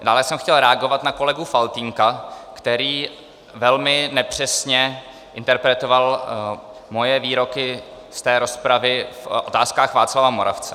Dále jsem chtěl reagovat na kolegu Faltýnka, který velmi nepřesně interpretoval moje výroky z rozpravy v Otázkách Václava Moravce.